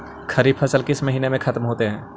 खरिफ फसल किस महीने में ख़त्म होते हैं?